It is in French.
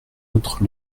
autres